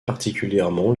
particulièrement